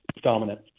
dominant